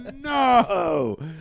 no